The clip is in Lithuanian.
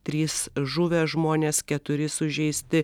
trys žuvę žmonės keturi sužeisti